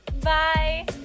Bye